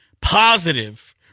positive